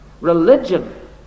religion